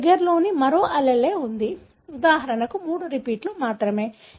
మీ దగ్గర మరో allele ఉంది ఉదాహరణకు 3 రిపీట్స్ మాత్రమే